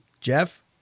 Jeff